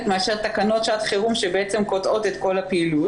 מאשר תקנות שעת חירום שבעצם קוטעות את כל הפעילות,